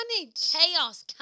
Chaos